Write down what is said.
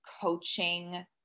coaching